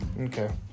Okay